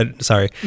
Sorry